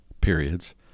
periods